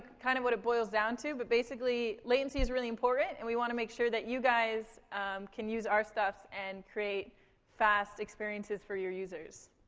kind of what it boils down to, but, basically, latency is really important, and we want to make sure that you guys can use our stuff, and create fast experiences for your users.